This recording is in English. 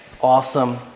Awesome